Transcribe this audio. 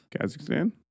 Kazakhstan